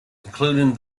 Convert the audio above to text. including